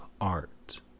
art